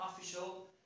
official